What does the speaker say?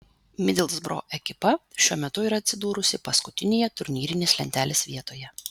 midlsbro ekipa šiuo metu yra atsidūrusi paskutinėje turnyrinės lentelės vietoje